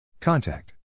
Contact